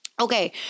Okay